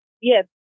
Yes